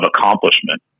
accomplishment